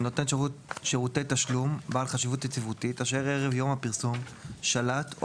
נותן שירותי תשלום בעל חשיבות יציבותית אשר ערב יום הפרסום שלט או